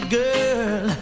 girl